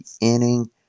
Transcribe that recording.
inning